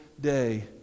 day